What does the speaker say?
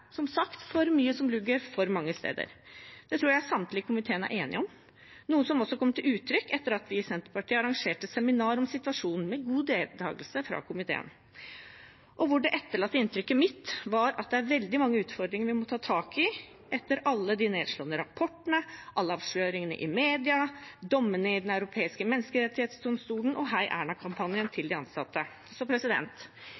som sagt er for mye som lugger, for mange steder. Det tror jeg samtlige i komiteen er enige om, noe som også kom til uttrykk etter at vi i Senterpartiet arrangerte seminar om situasjonen, med god deltakelse fra komiteen, og hvor det etterlatte inntrykket mitt var at det er veldig mange utfordringer vi må ta tak i, etter alle de nedslående rapportene, alle avsløringene i media, dommene i Den europeiske menneskerettsdomstol og